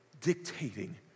dictating